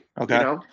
Okay